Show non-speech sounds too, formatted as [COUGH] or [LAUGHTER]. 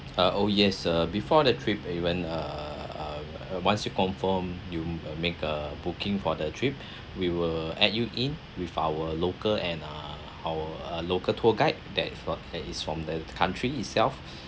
uh oh yes uh before the trip it when err err once you confirm you make a booking for the trip [BREATH] we will add you in with our local and ah our uh local tour guide that for that is from the country itself